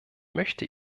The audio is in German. möchte